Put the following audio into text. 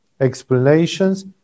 explanations